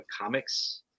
Comics